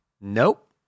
Nope